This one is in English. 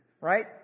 right